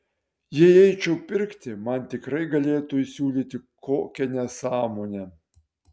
jei eičiau pirkti man tikrai galėtų įsiūlyti kokią nesąmonę